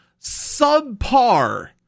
subpar